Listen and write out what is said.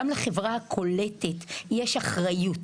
גם לחברה הקולטת יש אחריות.